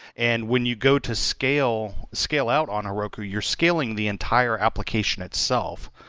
and when you go to scale scale out on heroku, you're scaling the entire application itself.